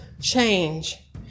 change